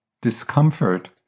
discomfort